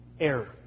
error